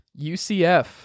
UCF